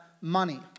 money